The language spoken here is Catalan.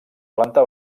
planta